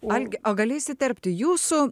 algi o galiu įsiterpti jūsų